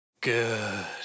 good